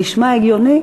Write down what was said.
נשמע הגיוני?